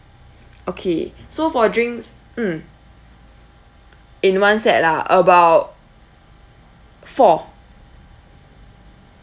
okay so for drinks mm in one set ah about four